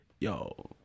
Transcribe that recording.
yo